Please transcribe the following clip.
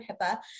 HIPAA